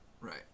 Right